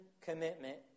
commitment